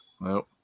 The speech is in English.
Nope